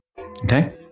okay